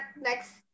next